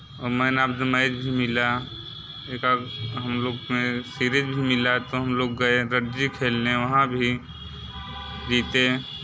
man of the match भी मिला एक हम लोग में सीरीज़ भी मिला तो हम लोग गए रणजी खेलने वहाँ भी जीते